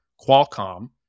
Qualcomm